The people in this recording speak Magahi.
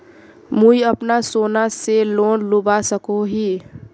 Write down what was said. मुई अपना सोना से लोन लुबा सकोहो ही?